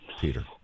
Peter